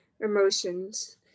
emotions